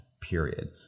period